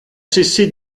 cessé